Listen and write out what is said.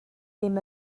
ddim